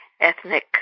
ethnic